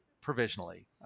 provisionally